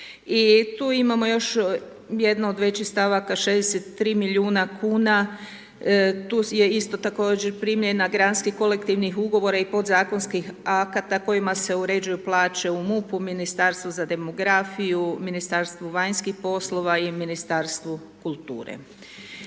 tu imamo još jednu od većih stavaka 63 milijuna kuna tu je isto također primjena granskih kolektivnih ugovora i podzakonskih akata kojima se uređuju plaće u MUP-u, Ministarstvu za demografiju, Ministarstvu vanjskih poslova i Ministarstvu kulture.